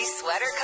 Sweater